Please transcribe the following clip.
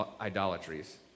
idolatries